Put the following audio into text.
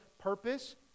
purpose